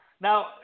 Now